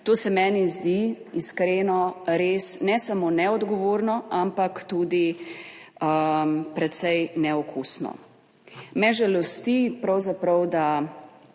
to se meni zdi iskreno, res, ne samo neodgovorno, ampak tudi precej neokusno. Me žalosti pravzaprav, da